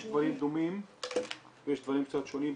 יש דברים דומים ויש דברים קצת שונה.